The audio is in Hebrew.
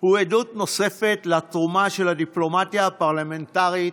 הוא עדות נוספת לתרומה של הדיפלומטיה הפרלמנטרית,